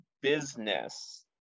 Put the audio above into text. business